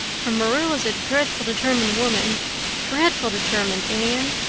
for marilla's a dreadful deter-mined woman dreadful determined, anne.